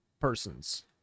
persons